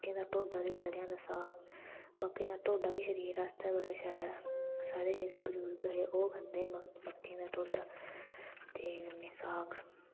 एह्दे ढोड्डा ते सरेआं दा साग मक्कें दा ढोड्डा बी शरीर आस्तै बड़ा शैल ऐ साढ़े जेह्डे़ बजुरग हे ओह् खंदे हे मक्कें दा ढोड्डा ते कन्नै साग